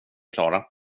klara